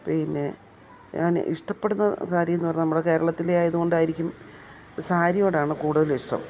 പിന്നെ ഞാൻ ഇഷ്ടപ്പെടുന്ന സാരിയെന്നു പറഞ്ഞാൽ നമ്മുടെ കേരളത്തിലെ ആയതു കൊണ്ടായിരിക്കും സാരിയോടാണ് കൂടുതലിഷ്ടം